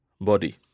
body